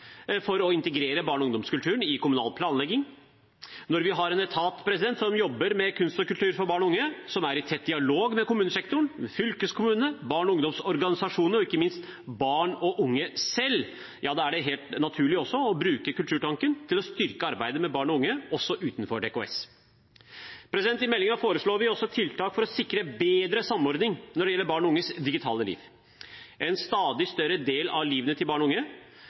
for å integrere barne- og ungdomskultur i kommunal planlegging. Når vi har en etat som jobber med kunst og kultur for barn og unge, som er i tett dialog med kommunesektoren, fylkeskommunene, barne- og ungdomsorganisasjonene og ikke minst barn og unge selv, er det også helt naturlig å bruke Kulturtanken til å styrke arbeidet med barn og unge også utenfor DKS. I meldingen foreslår vi også tiltak for å sikre bedre samordning når det gjelder barn og unges digitale liv. En stadig større del av livet til barn og